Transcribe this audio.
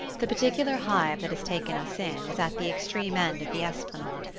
the particular hive that has taken us in is at the extreme end of the esplanade,